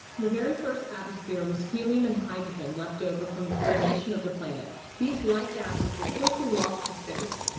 the very first atmosphere was helium and hydrogen left over from the formation of the planet. these light gases were quickly lost to space.